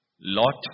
Lot